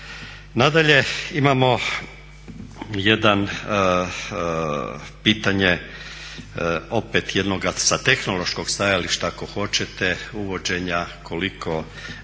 Nadalje, imamo jedno pitanje opet jednoga sa tehnološkog stajališta ako hoćete uvođenja koliko jednoga